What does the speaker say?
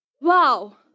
Wow